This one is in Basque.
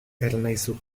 ernaizu